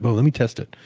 but let me test it.